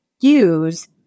use